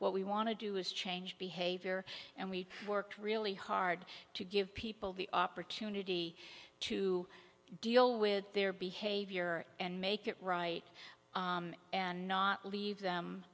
what we want to do is change behavior and we worked really hard to give people the opportunity to deal with their behavior and make it right and not leave them